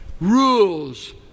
Rules